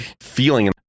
feeling